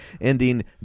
ending